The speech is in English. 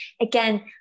Again